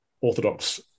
orthodox